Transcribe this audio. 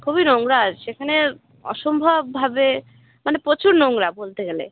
খুবই নোংরা সেখানে অসম্ভবভাবে মানে প্রচুর নোংরা বলতে গেলে